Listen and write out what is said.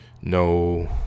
no